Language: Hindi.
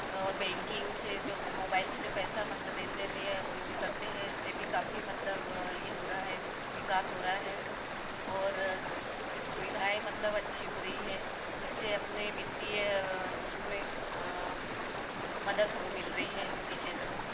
और बैंकिंग से जो मोबाइल से जो पैसा मतलब लेन देन या ये करते हैं इससे भी काफी मतलब ये हो रहा है विकास हो रहा है और कुछ सुविधाएँ मतलब अच्छी हो रही हैं जिससे अपने वित्तीय उसमें मदद हो मिल रही है वित्तीय क्षेत्र में